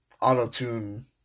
auto-tune